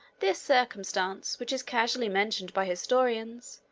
this circumstance, which is casually mentioned by historians,